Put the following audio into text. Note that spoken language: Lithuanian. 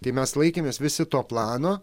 tai mes laikėmės visi to plano